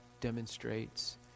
demonstrates